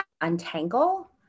untangle